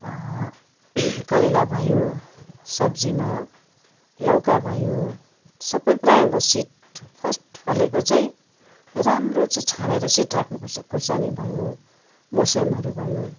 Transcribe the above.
करेला भयो सब्जीमा लौका भयो सबै प्रायः म सिड फर्स्ट फलेको चाहिँ राम्रो चाहिँ छानेर चाहिँ सिड राख्नुपर्छ खोर्सानी भयो मस्यामहरू भयो